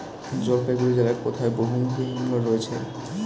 জলপাইগুড়ি জেলায় কোথায় বহুমুখী হিমঘর রয়েছে?